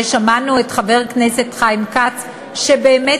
ושמענו את חבר הכנסת חיים כץ שבאמת